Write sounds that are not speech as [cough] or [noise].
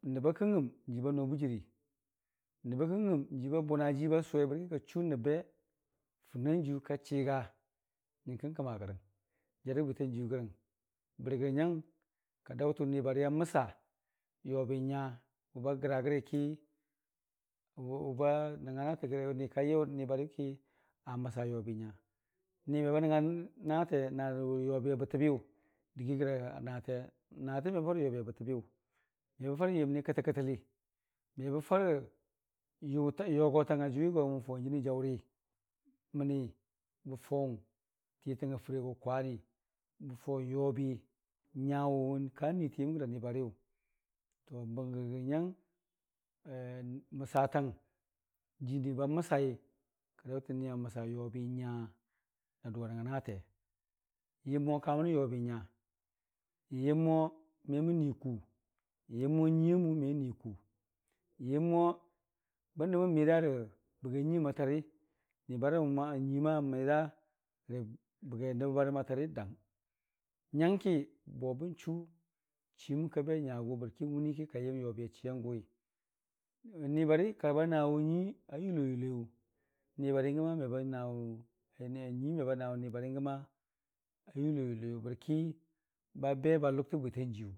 nəbba kɨngngɨm jiibano bujə rii, nəbba kɨngngɨm jii ba bʊna jiiba sʊwei bərki ka chunəbbə fɨrnan jiiyuka chiga nyəngkəng kəma gərəng jarərə bwitanjiiyu gərəng bəri gərə nyang ka daʊ tən ni bari a məsa yobi nya wʊba gragiki wʊ wʊba nəng nga natə gəri ki ni kalaʊ niba riyʊki a məsa yobi nya, nime ba nəngnga naate narə yobi a ɓatə biyə a dɨgii gəranaate naatə mebə farə yobi a bətə biyʊ me bə farə yəmni kətəkə təli mebə farə yogolang ajʊwi momən fawen jənii jaʊri məni bə faʊ titanga fərii agʊ kwani, bafaʊ yobi wʊ nya wʊ ka n'niitən yəm gəra nibariyʊ bəri gərə nyang məsatang jii ni ba məsai kai daʊtən goni a məsa yobi nyai na dʊ anəngnga naate, noyəmo kamənə yobi nya n'yəm mo memən niiku, n'yəmino nyuiiya mʊ men niiku, n'yəmmo bən dəmən n'midaniəna bagi nyuina atari, nyuii amida rə baginəb bə barəm atari dang nyanki bo ki bən chu chiim kabe nyagʊ bərki wuniiki kayəm yobiya chiyangʊwi, nibari karba nawunyuii a ywoyuloi yʊ nibari gəma er [hesitation] nyuii n'gənyang me ba naa nibari a yuloyuloiyu bərki babe ba ləbtə bwitanjiiyu.